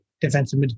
defensive